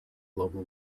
global